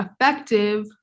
effective